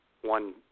one